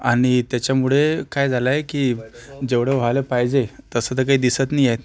आणि त्याच्यामुळे काय झालंय की जेवढं व्हायला पाहिजे तसं तर काही दिसत नाहीये